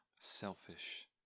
selfish